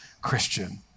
Christian